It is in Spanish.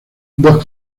dos